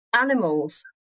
animals